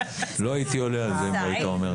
לא הייתי עולה על זה אם לא היית אומר לי.